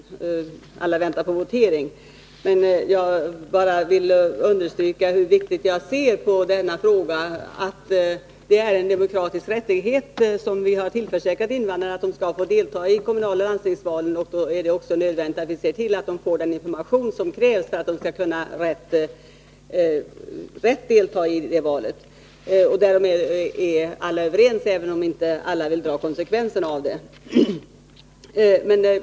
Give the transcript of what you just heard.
Herr talman! Jag skall inte göra något långt inlägg. Jag hade inte tänkt gå in i debatten — alla väntar på votering — men jag vill understryka hur viktig jag 123 anser denna fråga vara. Det är en demokratisk rättighet, som vi har tillförsäkrat invandrarna, att de skall få delta i kommunaloch landstingsvalen. Det är då också nödvändigt att vi ser till att de får den information som krävs för att de skall kunna riktigt delta i valet. Därom är väl alla överens, även om inte alla vill ta konsekvenserna därav.